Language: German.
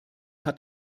hat